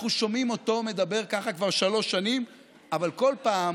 אנחנו שומעים אותו מדבר ככה כבר שלוש שנים אבל כל פעם